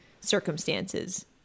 circumstances